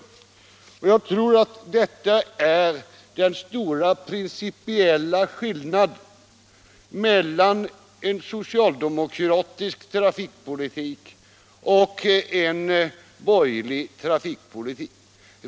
Jag tror att detta är den stora principiella skillnaden mellan en socialdemokratisk trafikpolitik och en borgerlig trafikpolitik.